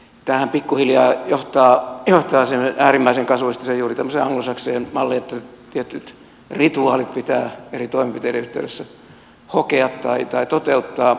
tämähän pikkuhiljaa johtaa äärimmäisen kasuistiseen juuri tämmöiseen anglosaksiseen malliin että tietyt rituaalit pitää eri toimenpiteiden yhteydessä hokea tai toteuttaa ja se ei ole järkevä linja